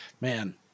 man